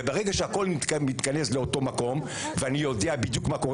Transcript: ברגע שהכול מתכנס לאותו מקום ואני יודע בדיוק מה קורה